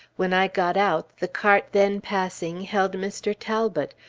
when i got out, the cart then passing held mr. talbot,